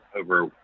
over